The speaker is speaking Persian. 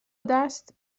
دست